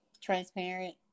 Transparent